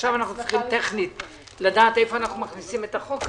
עכשיו אנחנו צריכים טכנית לדעת איפה אנחנו מכניסים את החוק הזה,